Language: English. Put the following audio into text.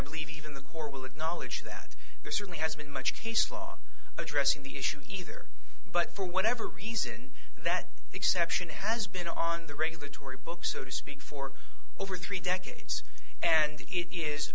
believe even the court will acknowledge that there certainly has been much case law addressing the issue either but for whatever reason that exception has been on the regulatory books so to speak for over three decades and it is